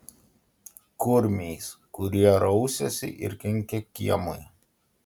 kurmiais kurie rausiasi ir kenkia kiemui